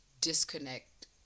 disconnect